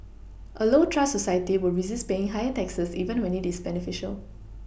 a low trust society will resist paying higher taxes even when it is beneficial